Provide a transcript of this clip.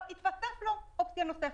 אבל התווספה לו אופציה נוספת,